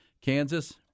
Kansas